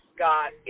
Scott